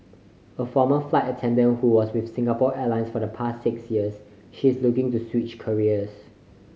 a former flight attendant who was with Singapore Airlines for the past six years she is looking to switch careers